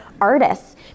artists